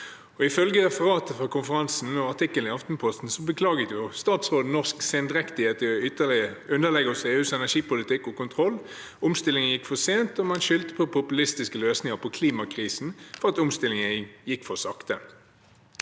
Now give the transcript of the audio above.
Ifølge referatet fra konferansen og artikkelen i Aftenposten beklaget statsråden norsk sendrektighet i å ytterligere underlegge oss EUs energipolitikk og kontroll. Omstillingen går for sent, og man skyldte på populistiske løsninger på klimakrisen for at omstillingen går for sakte.